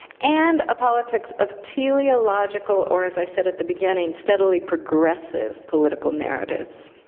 and a politics of teleological or, as i said at the beginning, steadily progressive political narratives.